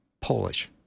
Polish